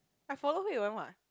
I follow Hui Wen what